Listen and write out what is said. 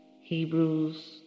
Hebrews